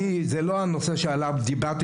זה לא הנושא שעליו רציתי לדבר,